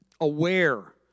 aware